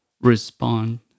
Respond